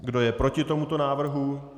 Kdo je proti tomuto návrhu?